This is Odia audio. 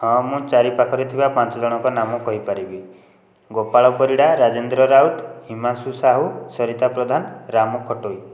ହଁ ମୁଁ ଚାରିପାଖରେ ଥିବା ପାଞ୍ଚଜଣଙ୍କ ନାମ କହିପାରିବି ଗୋପାଳ ପରିଡ଼ା ରାଜେନ୍ଦ୍ର ରାଉତ ହିମାଂଶୁ ସାହୁ ସରିତା ପ୍ରଧାନ ରାମ ଖଟୋଇ